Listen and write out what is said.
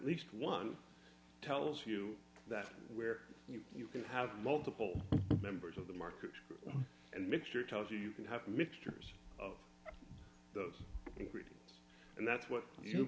least one tells you that where you can have multiple members of the markers and mixture tells you you can have mixtures of those and that's what you